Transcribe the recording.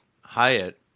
Hyatt